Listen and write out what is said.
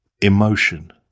emotion